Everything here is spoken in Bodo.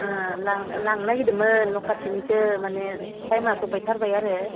लांनो नागिरदोंमोन न' खाथिनिखो माने टाइमआ सफैथारबाय आरो